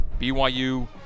BYU